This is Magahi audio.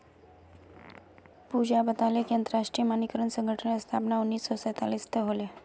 पूजा बताले कि अंतरराष्ट्रीय मानकीकरण संगठनेर स्थापना उन्नीस सौ सैतालीसत होले